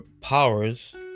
powers